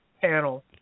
panel